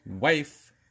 wife